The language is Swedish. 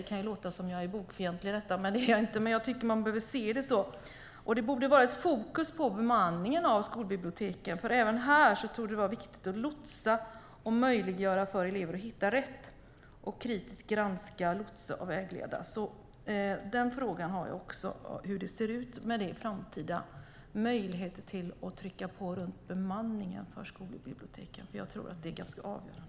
Det kan låta som att jag är bokfientlig, men det är jag inte. Jag tycker dock att man behöver se det så. Det borde vara ett fokus på bemanningen av skolbiblioteken, för även här torde det vara viktigt att lotsa elever och möjliggöra för dem att hitta rätt. Det handlar alltså om att kritiskt granska, lotsa och vägleda. Den frågan har jag alltså också: Hur ser det ut med framtida möjligheter att trycka på när det gäller bemanningen av skolbiblioteken? Jag tror nämligen att det är ganska avgörande.